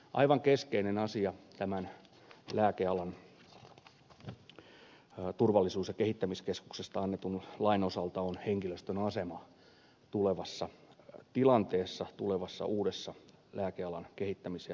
aivan keskeinen asia tämän lääkealan turvallisuus ja kehittämiskeskuksesta annetun lain osalta on henkilöstön asema tulevassa tilanteessa tulevassa uudessa lääkealan turvallisuus ja kehittämiskeskuksessa